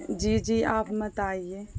جی جی آپ مت آئیے